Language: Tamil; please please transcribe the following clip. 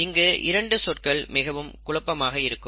இங்கு இரண்டு சொற்கள் மிகவும் குழப்பமாக இருக்கும்